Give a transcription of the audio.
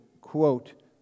quote